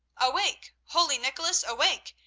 awake, holy nicholas! awake!